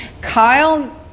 Kyle